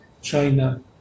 china